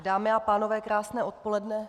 Dámy a pánové, krásné odpoledne.